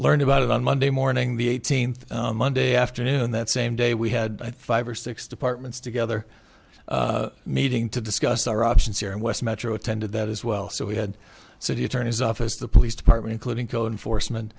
learned about it on monday morning the eighteenth monday afternoon that same day we had i thrive or six departments together meeting to discuss our options here in west metro attended that as well so we had city attorney's office the police department including cohen foresm